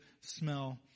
smell